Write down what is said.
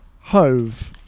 Hove